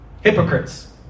Hypocrites